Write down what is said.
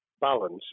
balance